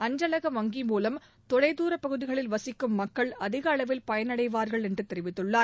அஞ்சலக வங்கி மூலம் தொலைத்தூரப்பகுதிகளில் வசிக்கும் மக்கள் அதிகளவில் பயனடைவார்கள் என்றுதெரிவித்துள்ளார்